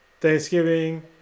Thanksgiving